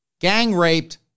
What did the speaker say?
gang-raped